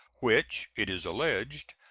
which, it is alleged,